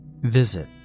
Visit